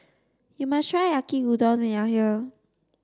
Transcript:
you must try Yaki Udon when you are here